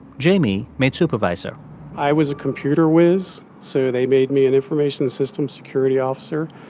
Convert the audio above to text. jamie made supervisor i was a computer whiz, so they made me an information systems security officer.